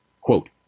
quote